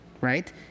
right